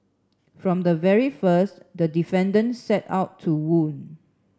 from the very first the defendant set out to wound